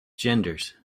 genders